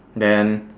then